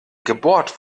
gebohrt